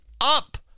up